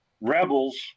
Rebels